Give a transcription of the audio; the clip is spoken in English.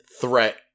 threat